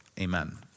Amen